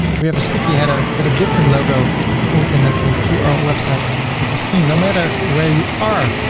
we have a sticky header with a different logo and we can navigate through our website with this theme no matter where you are.